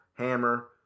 Hammer